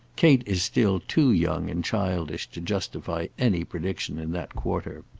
kate is still too young and childish to justify any prediction in that quarter.